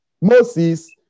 Moses